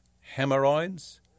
hemorrhoids